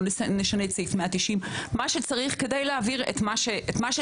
לא נשנה את סעיף 190. מה שצריך כדי להעביר את מה שצריך.